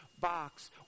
box